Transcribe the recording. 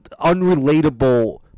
unrelatable